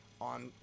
on